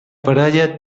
parella